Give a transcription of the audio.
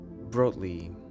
broadly